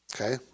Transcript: Okay